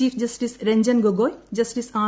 chief justice Ranjan Gogoi justice R